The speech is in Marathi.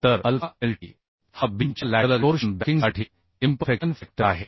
तर अल्फा lt हा बीमच्या लॅटरल टोर्शन बॅकिंगसाठी इम्परफेक्शन फॅक्टर आहे